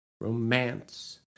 Romance